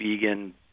vegan